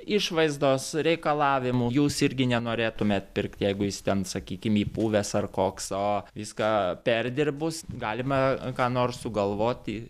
išvaizdos reikalavimų jūs irgi nenorėtumėt pirkti jeigu jis ten sakykim įpuvęs ar koks o viską perdirbus galima ką nors sugalvoti